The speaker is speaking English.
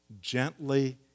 gently